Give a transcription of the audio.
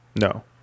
No